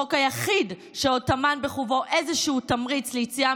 החוק היחיד שעוד טמן בחובו איזשהו תמריץ ליציאה